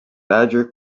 badger